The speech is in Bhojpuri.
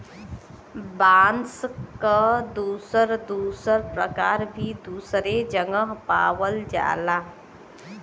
बांस क दुसर दुसर परकार भी दुसरे जगह पावल जाला